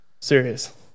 Serious